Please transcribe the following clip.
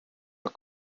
are